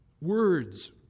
words